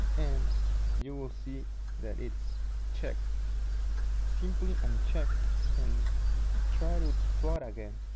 and you will see that it's checked simply unchecked and try to plot again